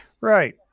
Right